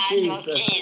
Jesus